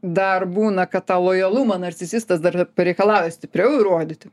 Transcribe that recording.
dar būna kad tą lojalumą narcisistas dar ir pareikalauja stipriau įrodyti